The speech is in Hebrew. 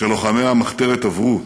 שלוחמי המחתרת עברו,